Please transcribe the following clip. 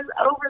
over